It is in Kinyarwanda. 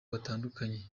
batandukanye